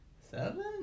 seven